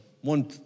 one